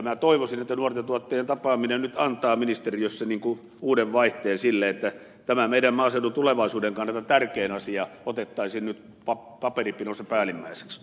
minä toivoisin että nuorten tuottajien tapaaminen nyt antaa ministeriössä uuden vaihteen sille että tämä meidän maaseudun tulevaisuuden kannalta tärkein asia otettaisiin nyt paperipinossa päällimmäiseksi